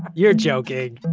you're joking